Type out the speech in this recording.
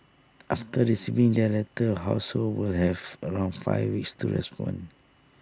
after receiving their letters households will have around five weeks to respond